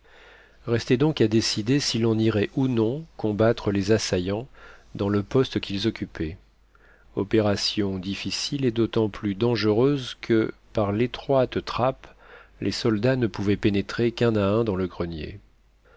restait donc à décider si l'on irait ou non combattre les assaillants dans le poste qu'ils occupaient opération difficile et d'autant plus dangereuse que par l'étroite trappe les soldats ne pouvaient pénétrer qu'un à un dans le grenier